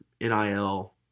NIL